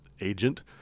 agent